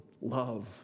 love